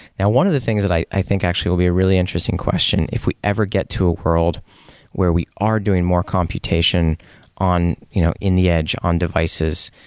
and one of the things that i i think actually will be a really interesting question, if we ever get to a world where we are doing more computation you know in the edge, on devices,